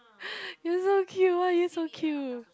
you so cute why are you so cute